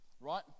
right